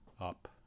up